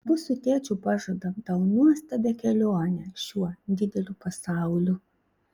abu su tėčiu pažadam tau nuostabią kelionę šiuo dideliu pasauliu